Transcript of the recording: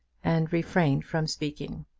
and refrained from speaking.